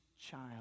child